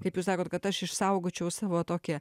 kaip jūs sakot kad aš išsaugočiau savo tokią